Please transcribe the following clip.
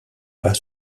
pas